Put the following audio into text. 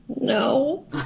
No